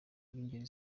b’ingeri